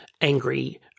angry